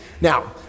Now